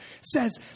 says